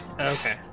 Okay